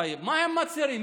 טייב, מה הם מצהירים?